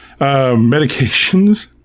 Medications